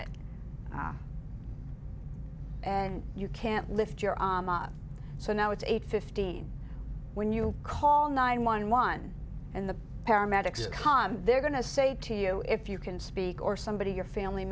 it and you can't lift your arm up so now it's eight fifteen when you call nine one one and the paramedics come they're going to say to you if you can speak or somebody your family